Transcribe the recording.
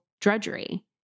drudgery